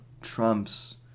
Trump's